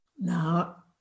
Now